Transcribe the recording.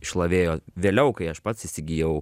išlavėjo vėliau kai aš pats įsigijau